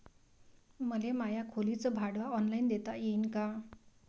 मले माया खोलीच भाड ऑनलाईन देता येईन का?